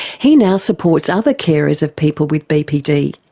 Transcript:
he now supports other carers of people with bpd.